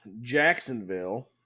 Jacksonville